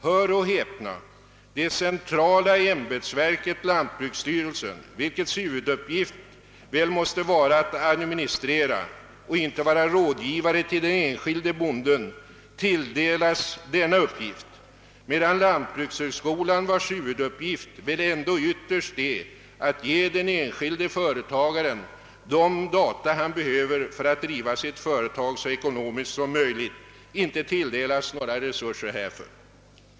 Hör och häpna — det centrala ämbetsverket, lantbruksstyrelsen, vars huvuduppgift väl måste vara att administrera och inte vara rådgivare till den enskilde bonden, tilldelas denna uppgift, medan lantbrukshögskolan, vars huvuduppgift väl ändå ytterst är att ge den enskilde företagaren de data han behöver för att driva sitt företag så ekonomiskt som möjligt, inte tilldelas några resurser härför.